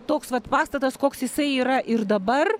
toks vat pastatas koks jisai yra ir dabar